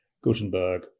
Gutenberg